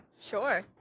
Sure